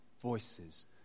voices